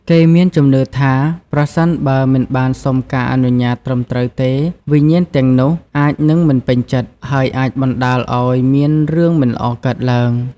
គេមានជំនឿថា ប្រសិនបើមិនបានសុំការអនុញ្ញាតត្រឹមត្រូវទេ វិញ្ញាណទាំងនោះអាចនឹងមិនពេញចិត្ត ហើយអាចបណ្តាលឲ្យមានរឿងមិនល្អកើតឡើង។